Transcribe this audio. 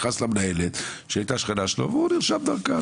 נכנס למנהלת שהייתה שכנה שלו והוא נרשם דרכה.